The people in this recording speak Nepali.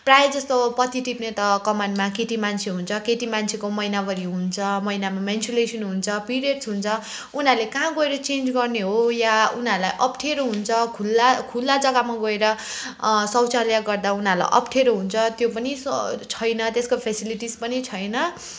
प्रायःजस्तो पत्ती टिप्ने त कमानमा केटीमान्छे हुन्छ केटीमान्छेको महिनावारी हुन्छ महिनामा मेन्सुरेसन हुन्छ पिरियड्स हुन्छ उनीहरूले कहाँ गएर चेन्ज गर्ने हो या उनीहरूलाई अप्ठ्यारो हुन्छ खुल्ला खुल्ला जग्गामा गएर शौचालय गर्दा उनीहरूलाई अप्ठ्यारो हुन्छ त्यो पनि छ छैन त्यसको फेसिलिटिस पनि छैन